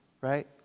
right